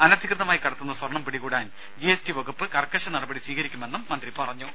അനധികൃതമായി കടത്തുന്ന സ്വർണം പിടികൂടാൻ ജിഎസ് ടി വകുപ്പ് കർക്കശ നടപടി സ്വീകരിക്കുമെന്നും മന്ത്രി പറഞ്ഞു